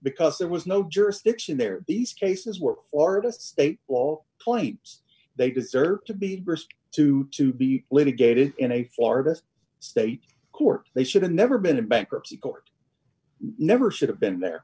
because there was no jurisdiction there these cases were florida state all points they deserve to be st to to be litigated in a florida's state court they should have never been in bankruptcy court never should have been there